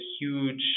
huge